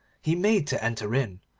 he made to enter in.